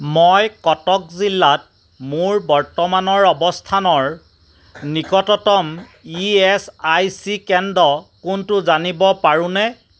মই কটক জিলাত মোৰ বৰ্তমানৰ অৱস্থানৰ নিকটতম ই এচ আই চি কেন্দ্ৰ কোনটো জানিব পাৰোঁনে